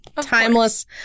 Timeless